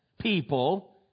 people